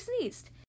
sneezed